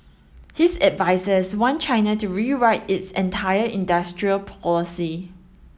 his advisers want China to rewrite its entire industrial policy